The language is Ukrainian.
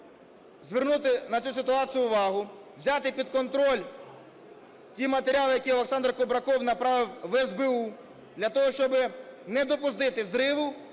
звернути на цю ситуацію увагу, взяли під контроль ті матеріали, які Олександр Кубраков направив в СБУ для того, щоб не допустити зриву